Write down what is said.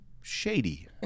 shady